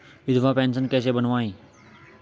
विधवा पेंशन कैसे बनवायें?